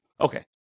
Okay